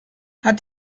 hat